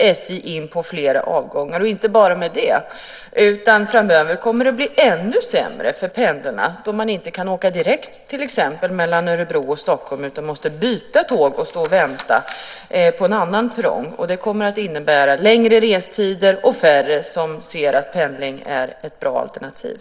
SJ in på flera avgångar. Det är inte bara så; framöver kommer det att bli ännu sämre för pendlarna när det till exempel inte går att åka direkt mellan Örebro och Stockholm utan de måste byta tåg och stå och vänta på en annan perrong. Det kommer att innebära längre restider och färre som ser pendlingen som ett bra alternativ.